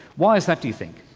why is that, do you think?